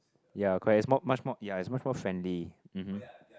ya correct it's more much more ya it's much more friendly um hmm